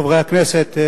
חברי הכנסת,